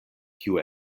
kiu